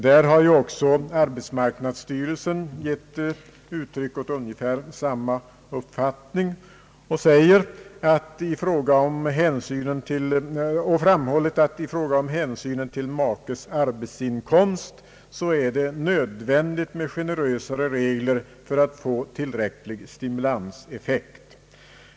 Där har arbetsmarknadsstyrelsen också gett uttryck åt ungefär samma uppfattning och framhållit att det i fråga om hänsyn till makes arbetsinkomst är nödvändigt med generösare regler för att få tillräcklig stimulanseffekt.